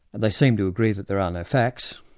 they seem to agree that there are no facts,